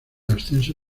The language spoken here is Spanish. ascenso